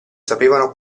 sapevano